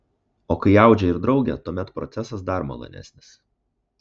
o kai audžia ir draugė tuomet procesas dar malonesnis